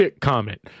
comment